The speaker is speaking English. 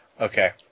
Okay